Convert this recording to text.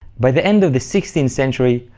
by the end of the sixteenth century,